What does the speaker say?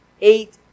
Eight